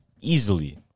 easily